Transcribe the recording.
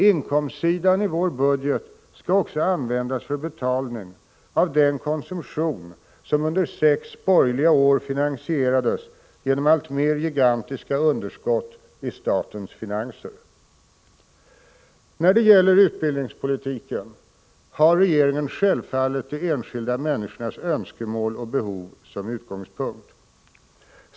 Inkomstsidan i vår budget skall också användas för betalning av den konsumtion som under sex borgerliga år finansierades genom alltmer gigantiska underskott i statens finanser. När det gäller utbildningspolitiken har regeringen självfallet de enskilda människornas önskemål och behov som utgångspunkt.